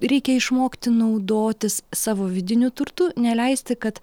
reikia išmokti naudotis savo vidiniu turtu neleisti kad